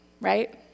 right